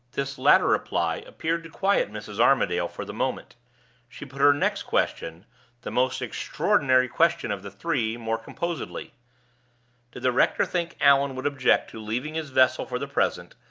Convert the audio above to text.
this latter reply appeared to quiet mrs. armadale for the moment she put her next question the most extraordinary question of the three more composedly did the rector think allan would object to leaving his vessel for the present,